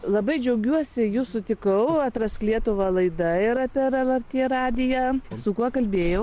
labai džiaugiuosi jus sutikau atrask lietuvą laida yra per lrt radiją su kuo kalbėjau